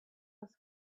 was